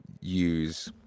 use